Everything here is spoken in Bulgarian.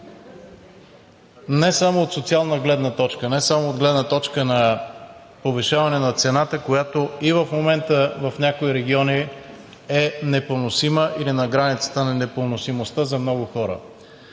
Не само от социална гледна точка, не само от гледна точка на повишаването на цената, която и в момента в някои региони е непоносима или на границата на непоносимостта за много хора.